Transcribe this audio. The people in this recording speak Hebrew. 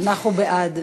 אנחנו בעד.